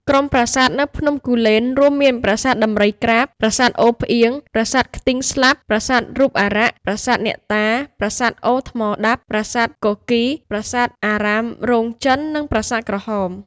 ក្រុមប្រាសាទនៅភ្នំគូលែន រួមមាន ប្រាសាទដំរីក្រាប ប្រាសាទអូរផ្អៀង ប្រាសាទខ្ទីងស្លាប់ ប្រាសាទរូបអារក្ស ប្រាសាទអ្នកតា ប្រាសាទអូរថ្មដាប់ ប្រាសាទគគីរ ប្រាសាទអារាមរោងចិន និងប្រាសាទក្រហម។